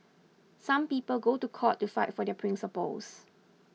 some people go to court to fight for their principles